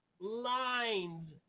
Lines